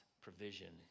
provision